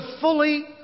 fully